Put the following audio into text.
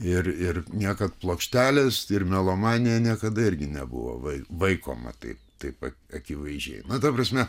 ir ir niekad plokštelės ir melomanija niekada irgi nebuvo vaikoma taip taip akivaizdžiai nu ta prasme